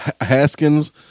Haskins